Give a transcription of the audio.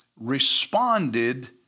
responded